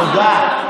תודה.